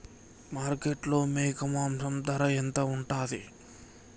మార్కెట్లో మేక మాంసం ధర ఎంత ఉంటది?